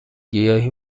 گیاهی